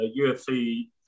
UFC